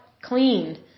clean